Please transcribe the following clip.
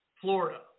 Florida